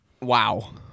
Wow